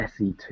SE2